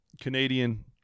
Canadian